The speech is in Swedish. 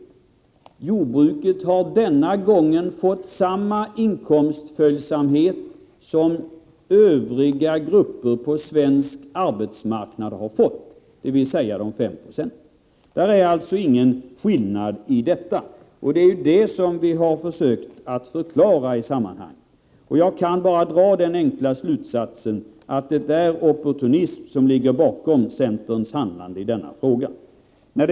Jag vill säga: Jordbruket har denna gång fått samma inkomstföljsamhet som övriga grupper på den svenska arbetsmarknaden, dvs. de 5 procenten. Där finns det alltså ingen skillnad, och det är vad vi har försökt förklara. Jag kan bara dra den enkla slutsatsen att det är opportunism som ligger bakom centerns handlande på denna punkt.